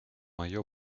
мое